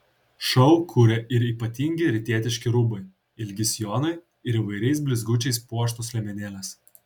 šou kuria ir ypatingi rytietiški rūbai ilgi sijonai ir įvairiais blizgučiais puoštos liemenėlės